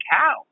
cow